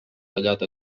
tallat